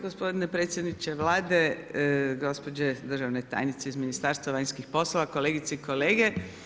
Gospodine predsjedniče Vlade, gospođe državne tajnice iz Ministarstva vanjskih poslova, kolegice i kolege.